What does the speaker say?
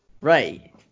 Right